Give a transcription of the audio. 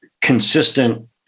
consistent